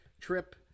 trip